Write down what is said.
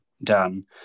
done